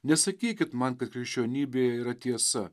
nesakykit man kad krikščionybėje yra tiesa